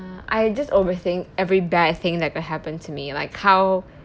ah I just overthink every bad thing that could happen to me like how